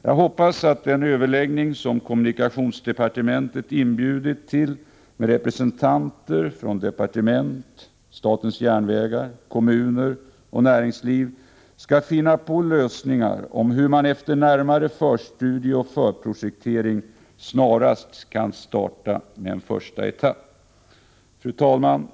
Jag hoppas att den överläggning som kommunikationsdepartementet inbjudit till med representanter från departement, statens järnvägar, kommuner och näringsliv skall finna på lösningar, hur man efter närmare förstudie och förprojektering snarast kan starta med en första etapp. Fru talman!